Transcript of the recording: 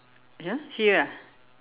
!huh! here